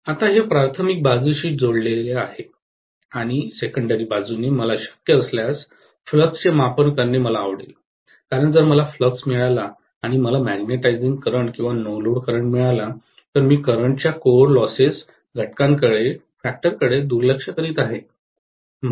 आता हे प्राथमिक बाजूशी जोडलेले आहे आणि दुय्यम बाजूने मला शक्य असल्यास फ्लक्स चे मापन करणे मला आवडेल कारण जर मला फ्लक्स मिळाला आणि मला मॅग्नेटिझिंग करंट किंवा नो लोड करंट मिळाला तर मी करंट च्या कोर लॉस घटकाकडे दुर्लक्ष करीत आहे